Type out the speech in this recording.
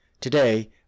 Today